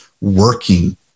working